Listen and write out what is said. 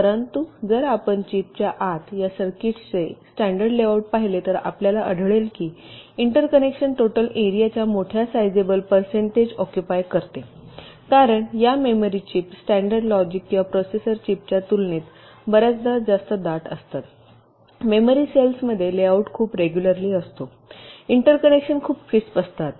परंतु जर आपण चिपच्या आत या सर्किट्सचे स्टॅंडर्ड लेआउट पाहिले तर आपल्याला आढळेल की इंटरकनेक्शन्स टोटल एरियाच्या मोठ्या साईजेबल पर्सेंटेज ऑक्युपाई करते कारण या मेमरी चीप स्टॅंडर्ड लॉजिक किंवा प्रोसेसर चिप्सच्या तुलनेत बर्याचदा जास्त दाट असतात कारण मेमरी सेल्समध्ये लेआउट खूप रेग्युलरली असतो इंटरकनेक्शन खूप क्रिस्प असतात